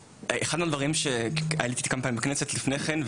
הייתי כמה פעמים בכנסת לפני כן,